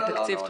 תקציב תמיכות.